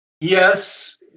Yes